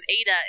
Ada